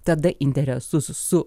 tada interesus su